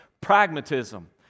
Pragmatism